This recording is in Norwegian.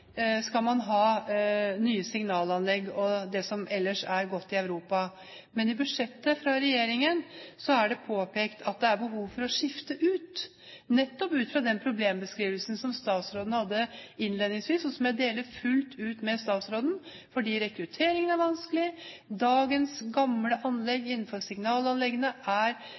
skal ha nye signalanlegg og det som ellers er godt i Europa. Men i budsjettet fra regjeringen er det påpekt at det er behov for å skifte ut, nettopp ut fra den problembeskrivelsen som statsråden hadde innledningsvis, og som jeg deler fullt ut med statsråden. For rekrutteringen er vanskelig, dagens gamle signalanlegg er nedslitte, og det er